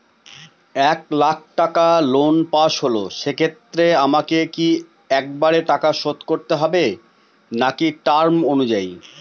এক লাখ টাকা loan pass হল সেক্ষেত্রে আমাকে কি একবারে টাকা শোধ করতে হবে নাকি টার্ম অনুযায়ী?